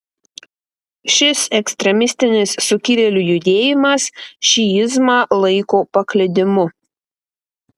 šis ekstremistinis sukilėlių judėjimas šiizmą laiko paklydimu